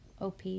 OP